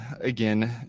again